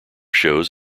shows